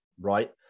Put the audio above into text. right